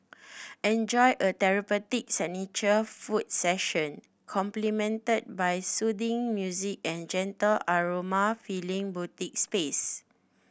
enjoy a therapeutic signature foot session complimented by the soothing music and gentle aroma filling boutique space